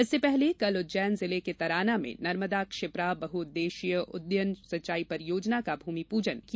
इससे पहले कल उज्जैन जिले के तराना में नर्मदा क्षिप्रा बहुउद्देश्यीय उद्वहन सिंचाई परियोजना का भूमि पूजन किया